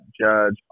judge